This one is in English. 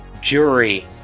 jury